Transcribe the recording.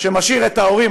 שמשאירים את ההורים,